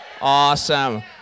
Awesome